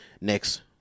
next